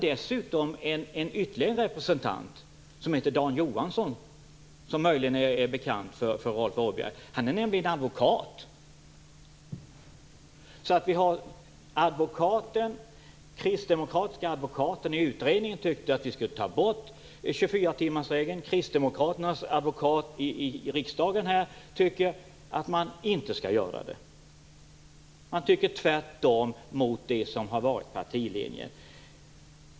Det fanns dessutom ytterligare en representant som hette Dan Johansson, som möjligen är bekant för Rolf Åbjörnsson. Han är nämligen advokat. Den kristdemokratiska advokaten i utredningen tyckte att vi skulle ta bort 24-timmarsregeln. Kristdemokraternas advokat i riksdagen tycker att man inte skall göra det. Han tycker tvärtom mot det som har varit partilinjen.